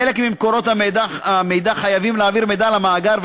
חלק ממקורות המידע חייבים להעביר מידע למאגר,